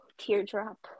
teardrop